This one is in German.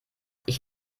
ich